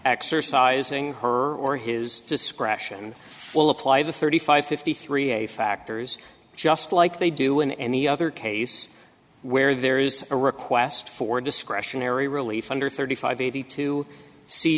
exercising her or his discretion will apply the thirty five fifty three a factors just like they do in any other case where there is a request for discretionary relief under thirty five eighty to see